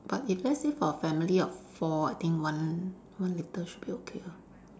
but if let's say for family of four I think one one litre should be okay ah